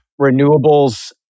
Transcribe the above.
renewables